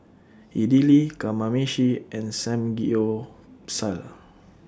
Idili Kamameshi and Samgyeopsal